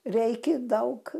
reikia daug